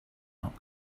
not